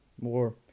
more